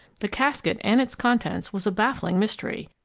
the casket and its contents was a baffling mystery,